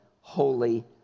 holy